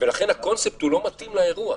ולכן הקונספט הוא לא מתאים לאירוע.